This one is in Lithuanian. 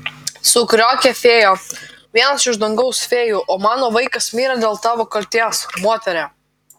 sukriokė fėja vienas iš dangaus fėjų o mano vaikas mirė dėl tavo kaltės moterie